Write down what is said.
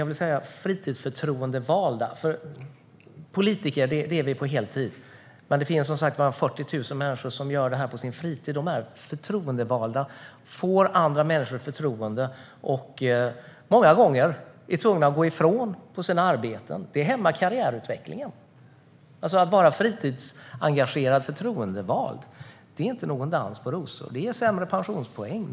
Jag vill hellre tala om fritidsförtroendevalda. Politiker är vi på heltid, men det finns som sagt 40 000 människor som gör detta på sin fritid. De är förtroendevalda; de får andra människors förtroende. De är många gånger tvungna att gå ifrån sina arbeten, och det hämmar karriärutvecklingen. Att vara fritidsengagerad förtroendevald är inte någon dans på rosor. Det ger sämre pensionspoäng.